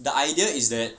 the idea is that